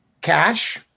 cash